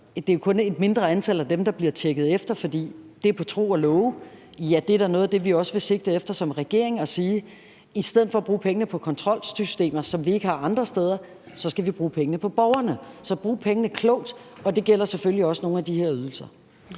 Det er jo kun et mindre antal af vores selvangivelser, der bliver tjekket efter, fordi det er på tro og love, og det er da også noget af det, vi som regering vil sigte efter, altså at vi i stedet for at bruge pengene på kontrolsystemer, som vi ikke har andre steder, skal bruge dem på borgerne og bruge dem klogt. Og det gælder selvfølgelig også nogle af de her ydelser.